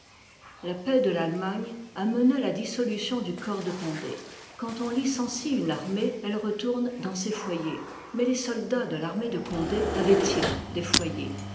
la paix de fallemagne amena la dissolution du corps de condé quand on licencie une armée elle retourne dans ses foyers mais les soldats de l'armée de condé avoient ils des foyers